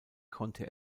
konnte